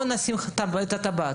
נשים את הטבעת.